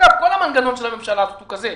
אגב, כל המנגנון של הממשלה הזאת הוא כזה.